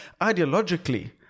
ideologically